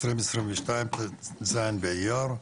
ט"ז באייר,